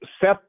set